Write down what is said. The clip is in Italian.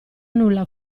nulla